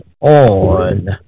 on